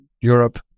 Europe